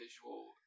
visual